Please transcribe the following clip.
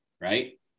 right